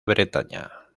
bretaña